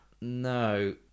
No